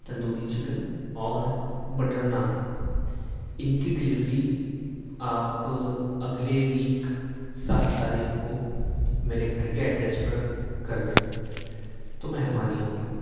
tandoori chicken اور butter naan ان کی ڈلیوری آپ اگلے ویک سات تاریخ کو میرے گھر کے ایڈریس پر کر دیں تو مہربانی ہوگی